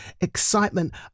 excitement